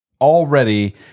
already